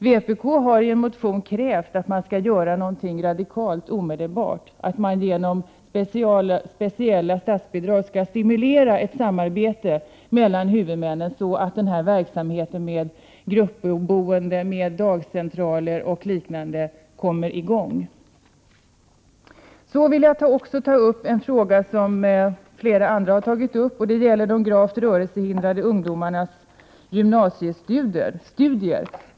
Vpk har i en motion krävt att man omedelbart skall göra någonting radikalt, att man genom speciella statsbidrag skall stimulera ett samarbete mellan huvudmännen, så att gruppboende, dagcentraler och liknande kommer i gång. Jag vill ta upp en annan fråga som också flera andra har berört. Det gäller de gravt rörelsehindrade ungdomarnas gymnasiestudier.